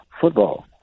Football